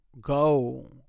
Go